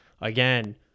again